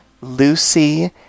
Lucy